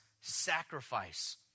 sacrifice